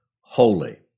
holy